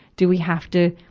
do we have to,